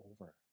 over